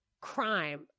crime